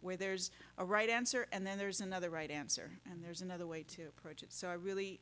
where there's a right answer and then there's another right answer and there's another way to approach it so i really